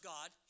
God